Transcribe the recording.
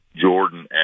Jordan